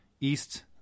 east